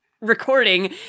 recording